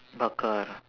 bakar